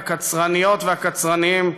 הקצרניות והקצרנים,